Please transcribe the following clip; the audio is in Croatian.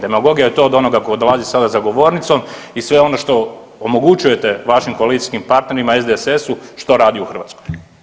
Demagogija je to onoga ko dolazi sada za govornicom i sve ono što omogućujete vašim koalicijskim partnerima SDSS-u što radi u Hrvatskoj.